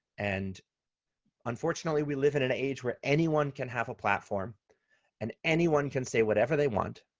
and unfortunately, we live in an age where anyone can have a platform and anyone can say whatever they want,